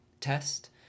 test